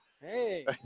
Hey